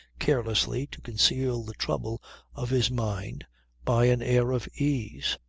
carelessly, to conceal the trouble of his mind by an air of ease.